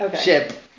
ship